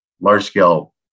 large-scale